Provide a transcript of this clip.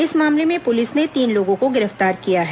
इस मामले में पुलिस ने तीन लोगों को गिरफ्तार किया है